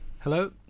Hello